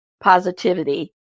positivity